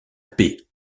paix